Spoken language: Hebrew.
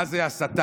מה זה הסתה?